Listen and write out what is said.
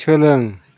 सोलों